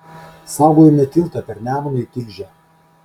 saugojome tiltą per nemuną į tilžę